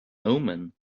omen